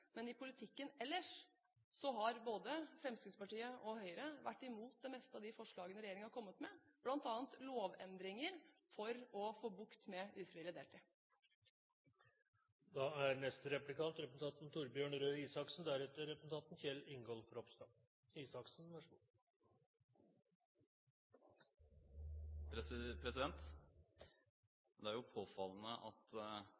Men i politikken ellers har både Fremskrittspartiet og Høyre vært imot de fleste av de forslagene regjeringen kom opp med, bl.a. lovendringer for å få bukt med ufrivillig deltid. Det er